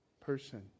person